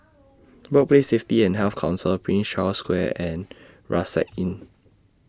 Workplace Safety and Health Council Prince Charles Square and Rucksack Inn